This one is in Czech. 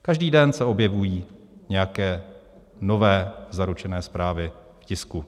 Každý den se objevují nějaké nové zaručené zprávy v tisku.